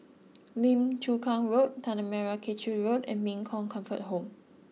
Lim Chu Kang Road Tanah Merah Kechil Road and Min Chong Comfort Home